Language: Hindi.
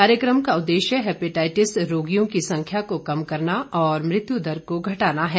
कार्यक्रम का उद्देश्य हेपेटाइटिस रोगियों की संख्या को कम करना और मृत्यु दर को घटाना है